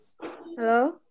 hello